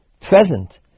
present